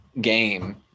game